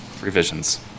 revisions